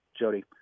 Jody